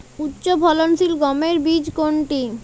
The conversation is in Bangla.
উচ্চফলনশীল গমের বীজ কোনটি?